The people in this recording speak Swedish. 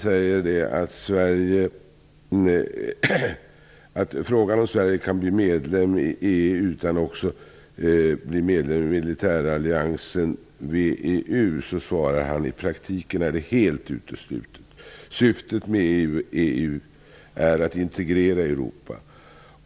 På frågan om Sverige kan bli medlem i EU utan att också bli medlem i militäralliansen VEU svarar han: ''I praktiken är det helt uteslutet. Syftet med EU är att integrera Europa.